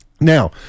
Now